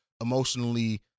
emotionally